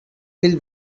will